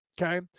Okay